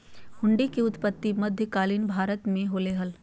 हुंडी के उत्पत्ति मध्य कालीन भारत मे होलय हल